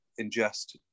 ingest